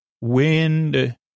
wind